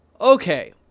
okay